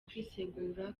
kwisegura